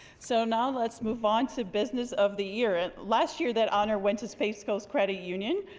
so now let's move on to business of the year. and last year that honor went to space coast credit union.